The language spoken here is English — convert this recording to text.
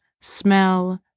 smell